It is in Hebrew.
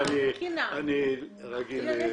לא משנה